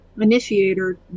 initiator